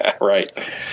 Right